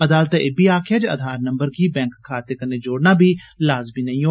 अदालतै इब्बी आक्खेआ जे आधार नम्बर गी बैंक खाते कन्नै जोड़ना बी लाज़मी नेईं ऐ